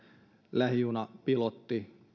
lähijunapilottiimme